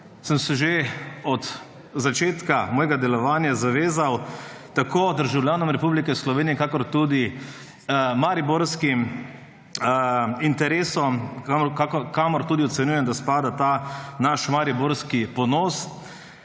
sem se že od začetka svojega delovanja zavezal tako državljanom Republike Slovenije kakor tudi mariborskim interesom, kamor tudi ocenjujem, da spada ta naš mariborski ponos.